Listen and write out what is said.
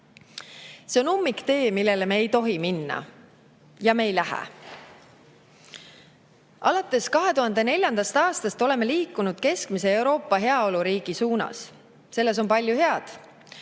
See on ummiktee, millele me ei tohi minna. Ja me ei lähe. Alates 2004. aastast oleme liikunud keskmise Euroopa heaoluriigi suunas. Selles on palju head.